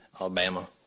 Alabama